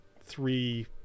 three